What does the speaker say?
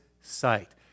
sight